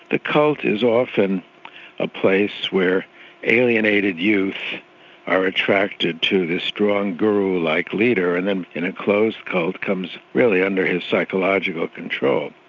the cult is often a place where alienated youths are attracted to the strong guru like leader and then in a closed cult comes really under his psychological control.